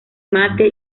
mate